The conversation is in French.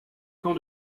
camp